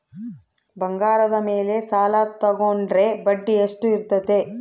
ಬಂಗಾರದ ಮೇಲೆ ಸಾಲ ತೋಗೊಂಡ್ರೆ ಬಡ್ಡಿ ಎಷ್ಟು ಇರ್ತೈತೆ?